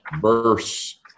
verse